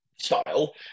style